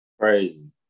Crazy